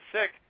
sick